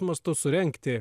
mastu surengti